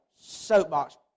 soapbox